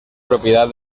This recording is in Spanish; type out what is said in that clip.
propiedad